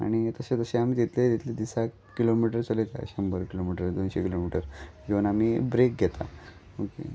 आनी तशें तशें आमी तितले तितले दिसाक किलोमिटर चलयता शंबर किलोमिटर दोनशें किलोमिटर घेवन आमी ब्रेक घेता ओके